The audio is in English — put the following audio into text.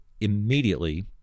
immediately